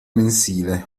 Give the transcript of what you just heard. mensile